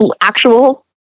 actual